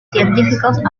científicos